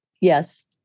Yes